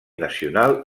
nacional